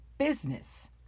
Business